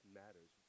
matters